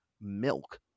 milk